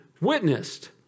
witnessed